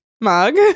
mug